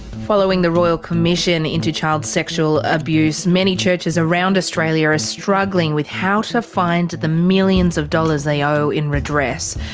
following the royal commission into child sexual abuse, many churches around australia are struggling with how to find the millions of dollars they owe in redress.